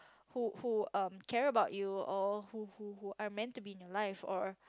who who um care about or who who who are meant to be in your life or